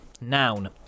noun